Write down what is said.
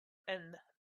and